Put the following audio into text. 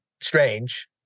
strange